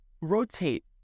rotate